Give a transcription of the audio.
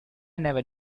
never